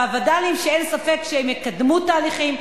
והווד"לים שאין ספק שהם יקדמו תהליכים,